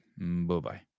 Bye-bye